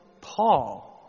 Paul